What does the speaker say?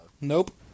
Nope